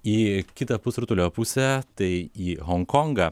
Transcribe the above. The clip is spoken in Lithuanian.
į kitą pusrutulio pusę tai į honkongą